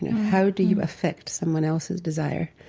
how do you effect someone else's desire?